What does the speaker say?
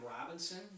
Robinson